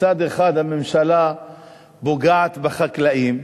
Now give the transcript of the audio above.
מצד אחד, הממשלה פוגעת בחקלאים,